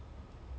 oh the